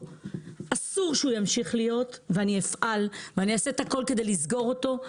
אסור שהוא ימשיך להיות ואני אעשה הכול כדי לסגור אותו.